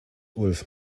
ulf